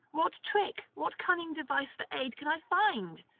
what trick, what cunning device for aid can i find?